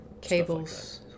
Cables